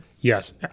Yes